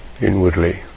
inwardly